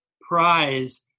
prize